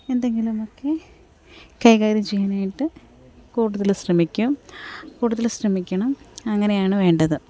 എന്തെങ്കിലുമൊക്കെ കൈകാര്യം ചെയ്യാനായിട്ട് കൂടുതൽ ശ്രമിക്കും കൂടുതൽ ശ്രമിക്കണം അങ്ങനെയാണ് വേണ്ടത്